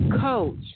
coach